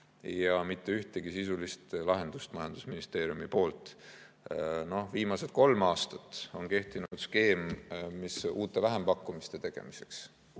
ja mitte ühtegi sisulist lahendust majandusministeeriumilt. Viimased kolm aastat on kehtinud skeem uute vähempakkumiste tegemiseks.